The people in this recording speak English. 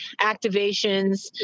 activations